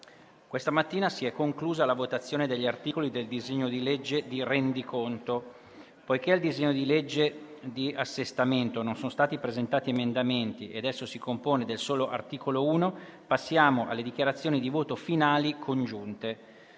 Questa mattina si è conclusa la votazione degli articoli del disegno di legge di Rendiconto. Poiché al disegno di legge di assestamento non sono stati presentati emendamenti ed esso si compone del solo articolo 1, passiamo alle dichiarazioni di voto finali sul